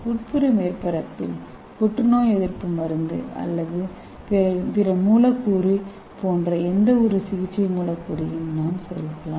உட்புற மேற்பரப்பில் புற்றுநோய் எதிர்ப்பு மருந்து அல்லது பிற மூலக்கூறு போன்ற எந்தவொரு சிகிச்சை மூலக்கூறையும் நாம் சேர்க்கலாம்